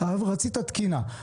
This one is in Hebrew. רצית תקינה,